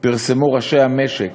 פרסמו ראשי המשק